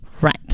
right